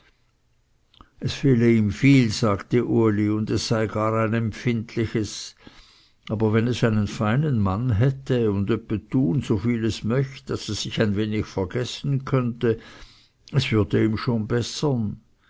es fehle ihm viel sagte uli und es sei gar ein empfindliches aber wenn es einen freinen mann hätte und öppe zu tun so viel es möcht daß es sich ein wenig vergessen könnte es würde ihm schon bessern